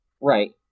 Right